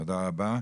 תודה רבה.